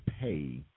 pay